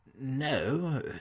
No